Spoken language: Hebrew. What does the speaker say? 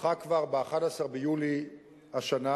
והונחה כבר ב-11 ביולי השנה.